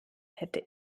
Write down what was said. hätte